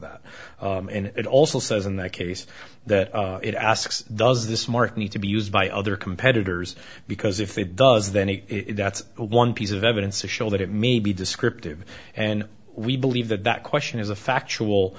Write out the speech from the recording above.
that and it also says in that case that it asks does this mark need to be used by other competitors because if it does then that's one piece of evidence to show that it may be descriptive and we believe that that question is a factual